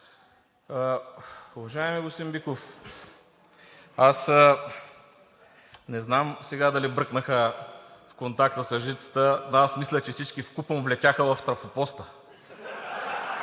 Уважаеми господин Биков, аз не знам дали бръкнаха в контакта с жицата, но аз мисля, че всички вкупом влетяха в трафопоста.